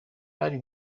bari